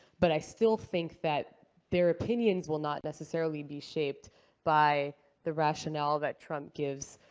but i still think that their opinions will not necessarily be shaped by the rationale that trump gives.